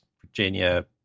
virginia